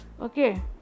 Okay